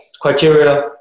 criteria